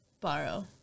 borrow